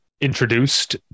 introduced